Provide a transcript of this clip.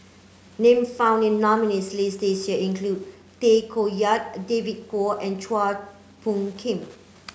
names found in the nominees' list this year include Tay Koh Yat a David Kwo and Chua Phung Kim